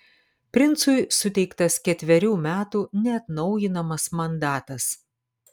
princui suteiktas ketverių metų neatnaujinamas mandatas